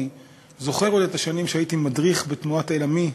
אני זוכר עוד את השנים שהייתי מדריך בתנועת "אל עמי",